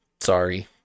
Sorry